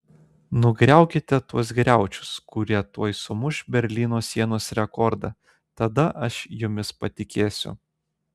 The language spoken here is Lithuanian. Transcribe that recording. nugriaukite tuos griaučius kurie tuoj sumuš berlyno sienos rekordą tada aš jumis patikėsiu